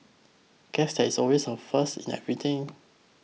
guess there is always a first in everything